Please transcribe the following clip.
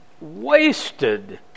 wasted